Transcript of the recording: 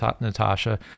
Natasha